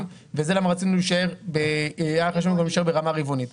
וזה למה היה חשוב לנו להישאר ברמה רבעונית.